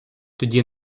тоді